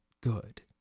good